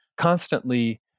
constantly